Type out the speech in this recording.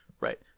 Right